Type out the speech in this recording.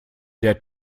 der